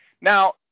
Now